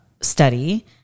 study